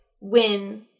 win